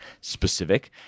specific